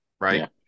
right